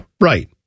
right